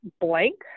blank